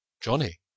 Johnny